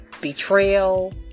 betrayal